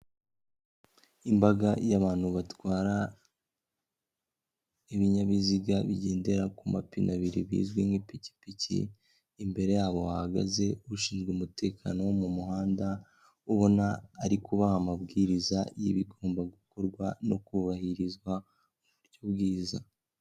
Imbaga y'abantu batwara ibinyabiziga bigendera ku mapine abiri bizwi nk'ipikipiki, imbere yabo hahagaze ushinzwe umutekano wo mu muhanda ubona ari kubaha amabwiriza y'ibigomba gukorwa no kubahirizwa uburyo bwiza.